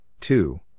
two